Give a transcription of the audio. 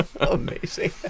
Amazing